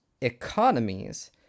economies